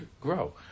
grow